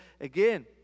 again